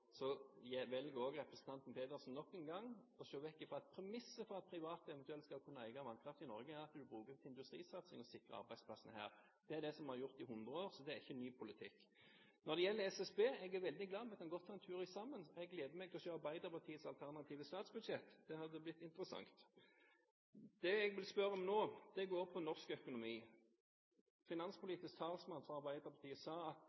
Så velger også representanten Pedersen nok en gang å se bort fra at premisset for at private eventuelt skal kunne eie vannkraft i Norge, er at man bruker det til industrisatsing og sikrer arbeidsplassene her. Det er det vi har gjort i hundre år, så det er ikke ny politikk. Når det gjelder SSB, kan vi godt ta en tur sammen dit – jeg gleder meg til å se Arbeiderpartiets alternative statsbudsjett, det hadde vært interessant. Det jeg vil spørre om nå, går på norsk økonomi. Finanspolitisk talsmann for Arbeiderpartiet sa at